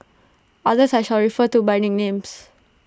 others I shall refer to by nicknames